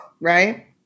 right